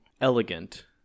elegant